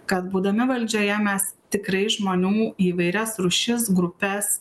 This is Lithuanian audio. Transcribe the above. kad būdami valdžioje mes tikrai žmonių įvairias rūšis grupes